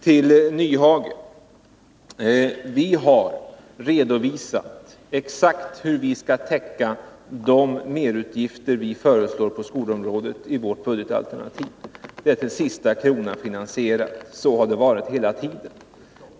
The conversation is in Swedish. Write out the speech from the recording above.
Till Hans Nyhage: Vi har redovisat exakt hur vi skall täcka de merutgifter på skolområdet som vi föreslår i vårt budgetalternativ. De är till sista kronan finansierade, och så har det varit hela tiden.